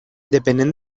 depenent